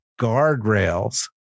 guardrails